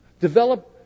Develop